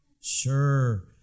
Sure